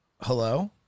hello